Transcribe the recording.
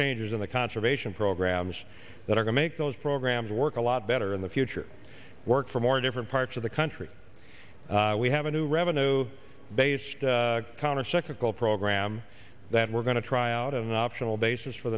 changes in the conservation programs that are going to make those programs work a lot better in the future work for more different parts of the country we have a new revenue based countercyclical program that we're going to try out of an optional basis for